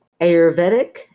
Ayurvedic